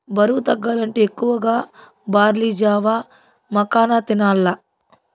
బరువు తగ్గాలంటే ఎక్కువగా బార్లీ జావ, మకాన తినాల్ల